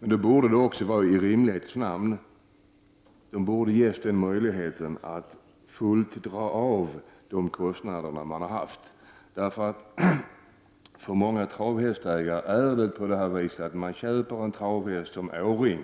Men då borde de i rimlighetens namn också ges möjlighet att fullt dra av de kostnader de haft. Många travhästägare köper en häst som åring,